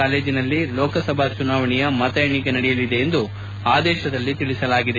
ಕಾಲೇಜಿನಲ್ಲಿ ಲೋಕಸಭಾ ಚುನಾವಣೆಯ ಮತ ಎಣಿಕೆ ನಡೆಯಲಿದೆ ಎಂದು ಆದೇತದಲ್ಲಿ ತಿಳಿಸಲಾಗಿದೆ